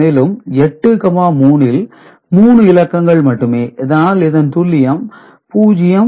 மேலும் 83 இல் 3 இலக்கங்கள் மட்டுமே அதனால் இதன் துல்லியம் 0